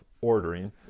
ordering